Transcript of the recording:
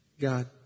God